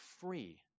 free